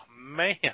man